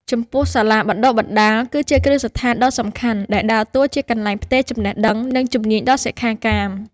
ចំពោះសាលាបណ្តុះបណ្តាលគឺជាគ្រឹះស្ថានដ៏សំខាន់ដែលដើរតួជាកន្លែងផ្ទេរចំណេះដឹង និងជំនាញដល់សិក្ខាកាម។